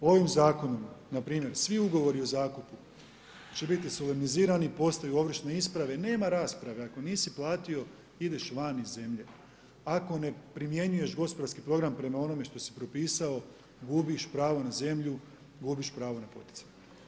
Ovim zakonom, npr. svi ugovori o zakupu će biti … i postaju ovršne isprave, nema rasprave, ako nisi platio, ideš van iz zemlje, ako ne primjenjuješ gospodarski program prema onome što si propisao gubiš pravo na zemlju, gubiš pravo na poticaje.